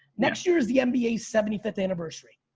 next year is the mba seventy fifth anniversary.